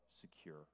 secure